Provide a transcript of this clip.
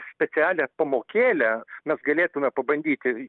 specialią pamokėlę mes galėtume pabandyti